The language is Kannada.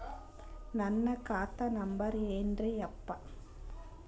ನನ್ನ ಖಾತಾ ನಂಬರ್ ಏನ್ರೀ ಯಪ್ಪಾ?